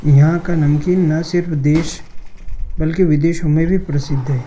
यहाँ का नमकीन ना सिर्फ़ देश बल्कि विदेशों में भी प्रसिद्ध है